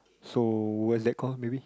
so what's that call maybe